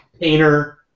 Painter